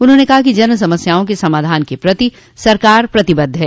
उन्होंने कहा कि जन समस्याओं के समाधान के प्रति सरकार प्रतिबद्ध है